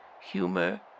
humor